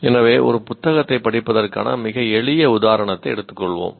எனவே ஒரு புத்தகத்தைப் படிப்பதற்கான மிக எளிய உதாரணத்தை எடுத்துக் கொள்வோம்